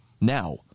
now